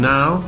Now